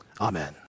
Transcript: Amen